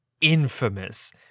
infamous